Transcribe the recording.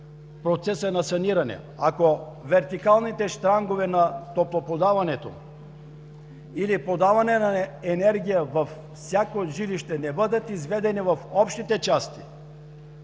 процеса на саниране, ако вертикалните щрангове на топлоподаването или подаването на енергия във всяко жилище не бъдат изведени в общите части